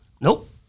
Nope